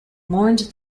mourned